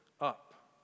up